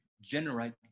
generate